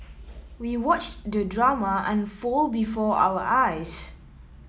we watched the drama unfold before our eyes